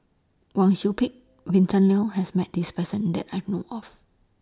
Wang Sui Pick Vint Leow has Met This Person that I know of